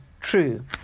true